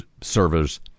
servers